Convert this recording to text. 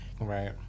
Right